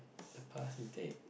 the path you take